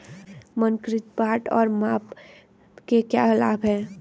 मानकीकृत बाट और माप के क्या लाभ हैं?